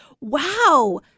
Wow